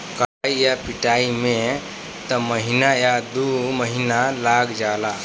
कटाई आ पिटाई में त महीना आ दु महीना लाग जाला